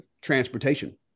transportation